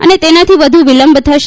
અને તેનાથી વધુ વિલંબ થશે